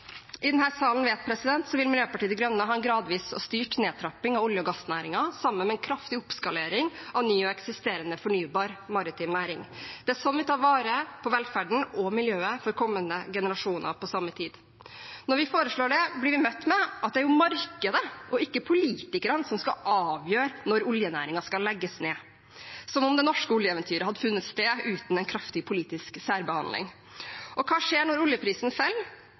i denne salen vet, vil Miljøpartiet De Grønne ha en gradvis og styrt nedtrapping av olje- og gassnæringen sammen med en kraftig oppskalering av ny og eksisterende fornybar maritim næring. Det er sånn vi tar vare på velferden og miljøet for kommende generasjoner på samme tid. Når vi foreslår det, blir vi møtt med at det er markedet og ikke politikerne som skal avgjøre når oljenæringen skal legges ned – som om det norske oljeeventyret hadde funnet sted uten en kraftig politisk særbehandling. Og hva skjer når oljeprisen